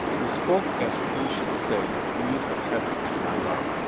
he spoke as who should say the queen of heaven is my love,